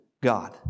God